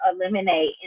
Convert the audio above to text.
eliminate